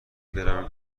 برویم